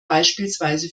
beispielsweise